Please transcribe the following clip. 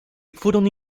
furono